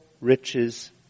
riches